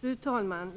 Fru talman!